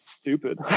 stupid